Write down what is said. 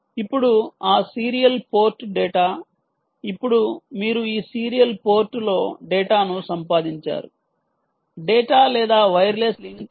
ఇప్పుడు ఆ serial port data ఇప్పుడు మీరు ఈ సీరియల్ పోర్ట్ లో డేటాను సంపాదించారు డేటా లేదా వైర్లెస్ లింక్ 15